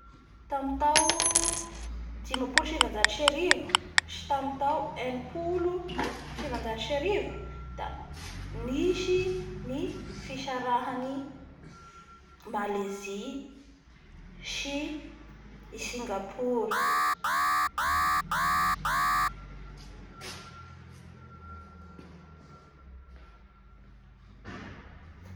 Tamin'ny tao dimapolo sy sivanjato sy arivo sy tamin'ny tao enipolo sy sivanjato sy arivo da nisy ny fisarahan'ny Malesie sy i Sigapour.